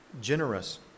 generous